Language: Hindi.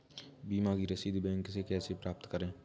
बीमा की रसीद बैंक से कैसे प्राप्त करें?